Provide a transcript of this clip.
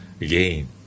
again